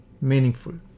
meaningful